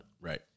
Right